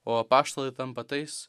o apaštalai tampa tais